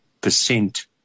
percent